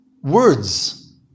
Words